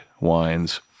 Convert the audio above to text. wines